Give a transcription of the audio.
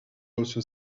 also